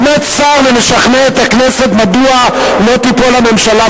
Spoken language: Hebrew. עומד שר ומשכנע את הכנסת מדוע לא תיפול הממשלה,